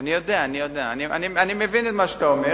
אני יודע, אני מבין את מה שאתה אומר.